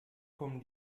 kommen